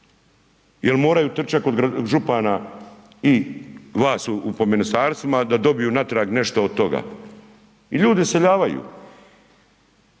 jer moraju trčati kod župana i vaš po ministarstvima da dobiju natrag nešto od toga. I ljudi iseljavaju.